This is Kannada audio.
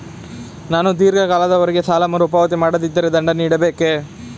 ನಾನು ಧೀರ್ಘ ಕಾಲದವರೆ ಸಾಲ ಮರುಪಾವತಿ ಮಾಡದಿದ್ದರೆ ದಂಡ ನೀಡಬೇಕೇ?